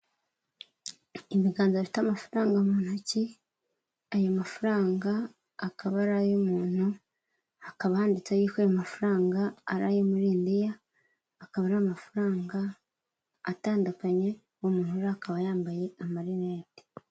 Ibiganza bifite amafaranga mu ntoki, ayo mafaranga akaba ari ay'umuntu, hakaba handitseho yuko ayo mafaranga arayo muri indiya akaba ari amafaranga atandukanye, uwo muntu akaba yambaye amarinete.